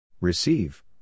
Receive